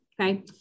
okay